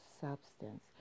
substance